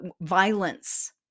violence